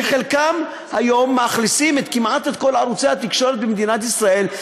וחלקם היום מאכלסים כמעט את כל ערוצי התקשורת במדינת ישראל,